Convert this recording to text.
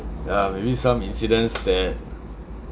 ya maybe some incidents that